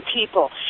people